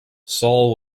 saul